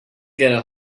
get